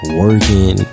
working